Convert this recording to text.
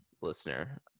listener